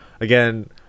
again